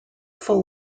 full